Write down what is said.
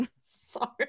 Sorry